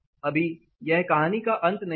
अभी यह कहानी का अंत नहीं है